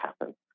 happen